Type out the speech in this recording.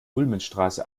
ulmenstraße